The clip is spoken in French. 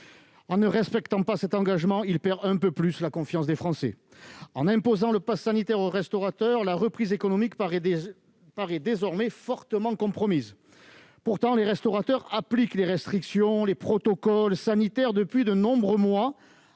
En ne respectant pas cet engagement, il perd un peu plus la confiance des Français. Avec le passe sanitaire imposé aux restaurateurs, la reprise économique paraît désormais fortement compromise. Pourtant, ceux-ci appliquent les restrictions et les protocoles sanitaires depuis de nombreux mois,